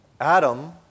Adam